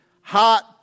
hot